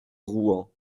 rouen